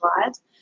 lives